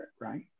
right